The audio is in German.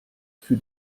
für